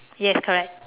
yes correct